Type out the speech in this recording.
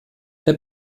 der